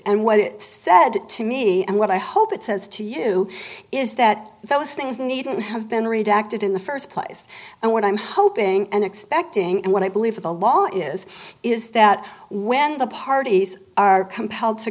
and what it said to me and what i hope it says to you is that those things need to have been redacted in the first place and what i'm hoping and expecting and what i believe the law is is that when the parties are compelled to